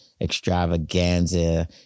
extravaganza